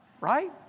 right